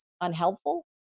unhelpful